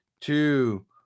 two